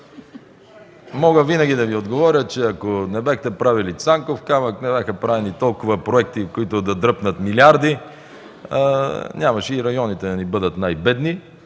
Мога винаги да Ви отговоря, че ако не бяхте правили „Цанков камък”, не бяха правени толкова проекти, които да дръпнат милиарди, нямаше и районите да ни бъдат най-бедни.